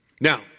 Now